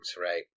right